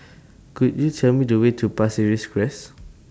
Could YOU Tell Me The Way to Pasir Ris Crest